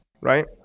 Right